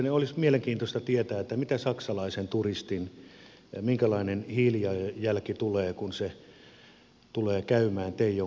mielestäni olisi mielenkiintoista tietää minkälainen hiilijalanjälki tulee kun se saksalainen turisti tulee käymään teijon kanallispuistossa